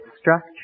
structure